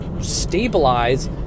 stabilize